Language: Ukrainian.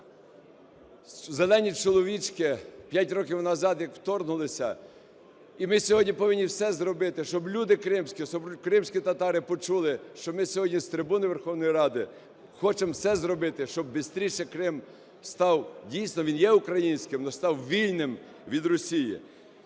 "зелені чоловічки" 5 років назад як вторгнулися, і ми сьогодні повинні все зробити, щоб люди кримські, кримські татари почули, що ми сьогодні з трибуни Верховної Ради хочемо все зробити, щоб бистріше Крим став… дійсно, він є українським, но став вільним від Росії.